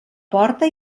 porta